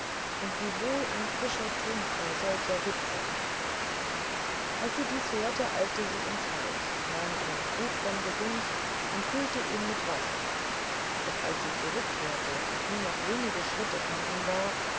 und wie wohl ein frischer trunk bei solcher hitze als sie dies hörte eilte sie ins haus nahm einen krug vom gesims und füllte ihn mit wasser doch als sie zurückkehrte und nur noch wenige schritte von ihm war